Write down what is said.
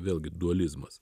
vėlgi dualizmas